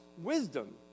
wisdom